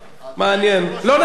לא נאשים אותך בכלום,